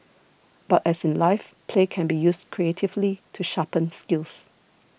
but as in life play can be used creatively to sharpen skills